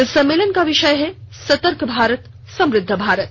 इस सम्मेलन का विषय है सतर्क भारत समुद्ध भारत